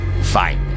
Fine